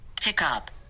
pickup